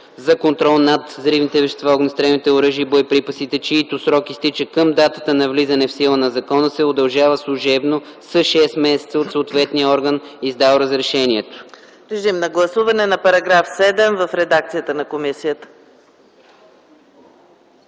за контрол над взривните вещества, огнестрелните оръжия и боеприпасите, чийто срок изтича към датата на влизане в сила на закона, се удължава служебно с шест месеца от съответния орган, издал разрешението.”